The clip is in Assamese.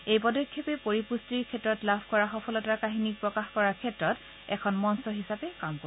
এই পদক্ষেপে পৰিপুষ্টিৰ ক্ষেত্ৰত লাভ কৰা সফলতাৰ কাহিনীক প্ৰকাশ কৰাৰ ক্ষেত্ৰত এখন মঞ্চ হিচাপে কাম কৰিব